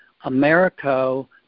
AmeriCo